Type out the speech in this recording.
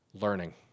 learning